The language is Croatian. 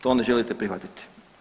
To ne želite prihvatiti.